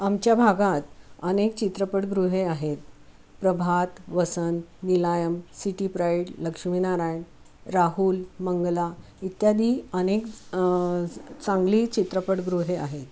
आमच्या भागात अनेक चित्रपटगृहे आहेत प्रभात वसंत निलायम सिटी प्राईड लक्ष्मी नारायण राहुल मंगला इत्यादी अनेक चांगली चित्रपटगृहे आहेत